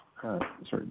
Sorry